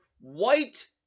white